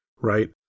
right